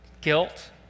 guilt